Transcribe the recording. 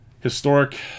Historic